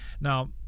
Now